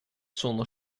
zonder